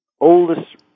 oldest